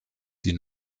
die